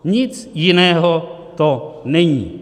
Nic jiného to není.